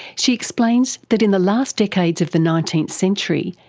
she explains that in the last decades of the nineteenth century,